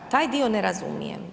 Taj dio ne razumijem.